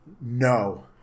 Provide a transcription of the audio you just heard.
No